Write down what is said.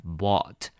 bought